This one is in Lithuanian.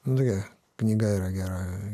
nu gera knyga yra gera